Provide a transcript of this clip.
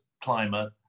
climate